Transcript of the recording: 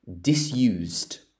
disused